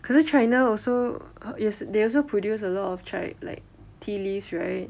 可是 china also they also produce a lot of 茶叶 like tea leaves right